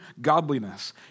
godliness